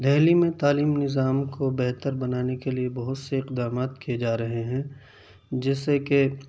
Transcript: دہلی میں تعلیمی نظام کو بہتر بنانے کے لیے بہت سے اقدامات کیے جا رہے ہیں جیسے کہ